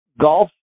golf